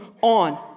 on